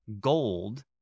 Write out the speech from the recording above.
gold